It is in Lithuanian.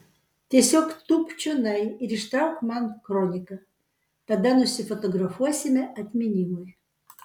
tiesiog tūpk čionai ir ištrauk man kroniką tada nusifotografuosime atminimui